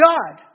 God